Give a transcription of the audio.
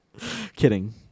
Kidding